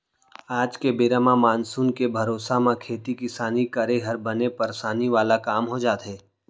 आज के बेरा म मानसून के भरोसा म खेती किसानी करे हर बने परसानी वाला काम हो जाथे